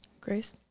Grace